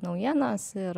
naujienas ir